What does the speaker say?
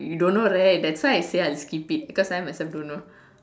you don't know right that's why I say I'll skip it because I myself don't know